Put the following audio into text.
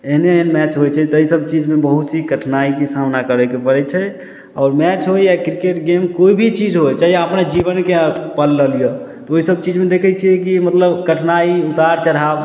एहने एहन मैच होइ छै ताहि सब चीजमे बहुत ही कठिनाइके सामना करयके परै छै आओर मैच होइ या क्रिकेट गेम कोइ भी चीज होइ चाहे अपने जीवनके पल लऽ लिअ तऽ ओहि सब चीजमे देखै छियै कि मतलब कठिनाई उतार चढ़ाब